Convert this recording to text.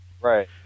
right